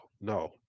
no